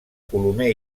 colomer